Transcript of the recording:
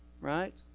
Right